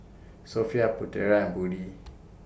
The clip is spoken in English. Sofea Putera and Budi